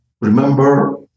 remember